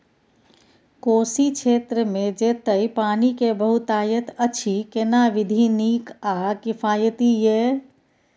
कोशी क्षेत्र मे जेतै पानी के बहूतायत अछि केना विधी नीक आ किफायती ये?